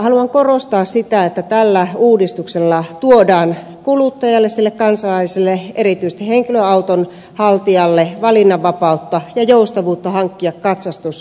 haluan korostaa sitä että tällä uudistuksella tuodaan kuluttajalle kansalaiselle erityisesti henkilöauton haltijalle valinnanvapautta ja joustavuutta hankkia katsastus autolleen